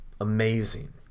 Amazing